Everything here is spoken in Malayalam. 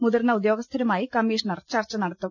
മുതിർന്ന ഉദ്യോഗസ്ഥരുമായി കമ്മീഷണർ ചർച്ച നടത്തും